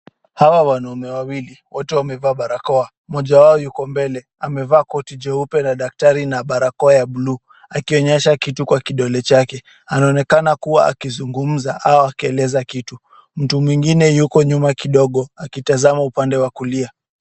Hawa wanaume wawili wote wamevaa barakoa. Mmoja wao yuko mbele amevaa koti jeupe la daktari na barakoa ya buluu akionyesha kitu kwa kidole chake. Anaonekana kuwa akizungumza au akieleza kitu. Mtu mwingine yuko nyuma kidogo akitazama upande wa kulia.